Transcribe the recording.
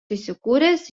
įsikūręs